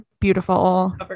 beautiful